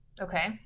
Okay